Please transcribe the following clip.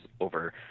over